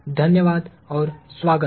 धन्यवाद और स्वागत